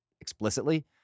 explicitly